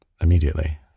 immediately